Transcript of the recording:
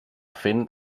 fent